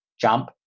jump